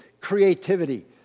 creativity